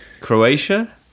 Croatia